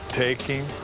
taking